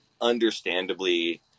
understandably